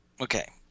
Okay